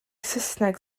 saesneg